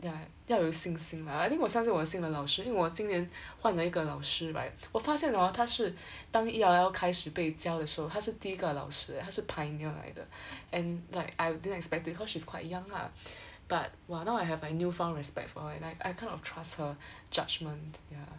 ya 要有信心啦 I think 我相信我的新的老师因为我今年 换了一个老师 right 我发现了 hor 她是 当 E_L _L 开始被教的时候她是第一个老师 eh 她是 pioneer 来的 and like I didn't expect it cause she's quite young lah but !wah! now I have like new-found respect for her and I I kind of trust her judgement ya